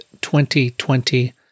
2020